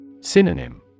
Synonym